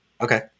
okay